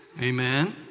Amen